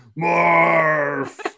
Morph